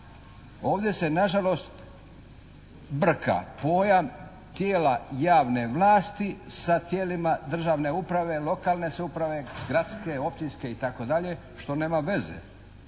Ovdje se na žalost brka pojam tijela javne vlasti sa tijelima državne uprave, lokalne samouprave, gradske, općinske itd. što nema veze.